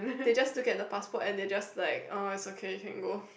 they just look at the passport and they just like oh it's okay you can go